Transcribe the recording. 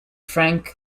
frank